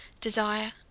desire